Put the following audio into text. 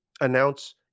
announce